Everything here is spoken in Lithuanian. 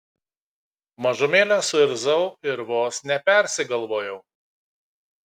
mažumėlę suirzau ir vos nepersigalvojau